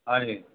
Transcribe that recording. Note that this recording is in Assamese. হয় নেকি